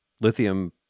lithium